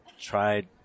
tried